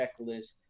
checklist